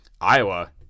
iowa